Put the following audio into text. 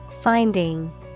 Finding